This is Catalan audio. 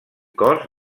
cos